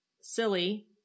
silly